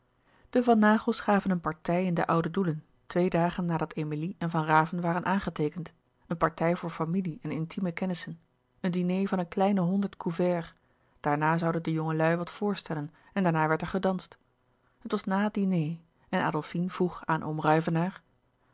de van naghels gaven een partij in den ouden doelen twee dagen nadat emilie en van raven waren aangeteekend een partij voor familie en intieme kennissen een diner van een kleine honderd couverts daarna zouden de jongelui wat voorstellen en daarna werd er gedanst het was na het diner en adolfine vroeg aan